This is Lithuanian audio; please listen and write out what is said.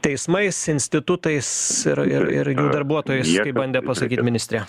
teismais institutais ir ir ir jų darbuotojais kaip bandė pasakyt ministrė